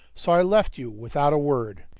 so i left you without a word.